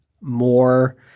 more